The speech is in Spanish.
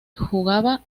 jugaba